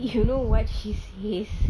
you know what she says